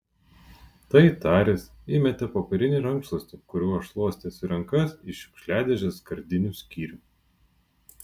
tai taręs įmetė popierinį rankšluostį kuriuo šluostėsi rankas į šiukšliadėžės skardinių skyrių